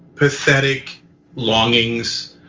pathetic longings,